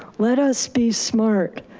let us be smart.